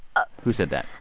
ah who said that?